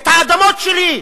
את האדמות שלי.